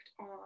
on